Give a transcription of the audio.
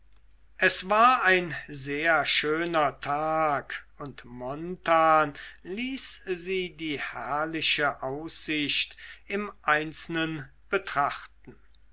es war ein sehr schöner tag und jarno ließ sie die herrliche aussicht im einzelnen betrachten